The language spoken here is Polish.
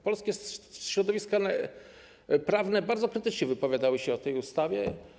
Polskie środowiska prawnicze krytycznie wypowiadały się o tej ustawie.